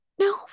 no